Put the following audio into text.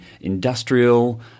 industrial